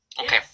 Okay